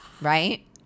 right